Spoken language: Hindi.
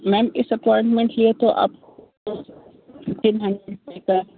मैंम इस अपॉइंटमेंट के लिए तो आप को फिफ्टीन हैंड्रेड पर कर